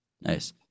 Nice